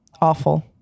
awful